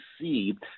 see